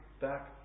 back